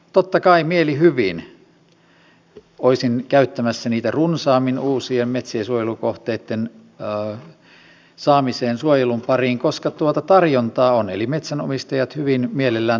totta kai mielihyvin olisin käyttämässä niitä runsaammin uusien metsiensuojelukohteitten saamiseen suojelun pariin koska tuota tarjontaa on eli metsänomistajat hyvin mielellään tarjoavat näitä kohteita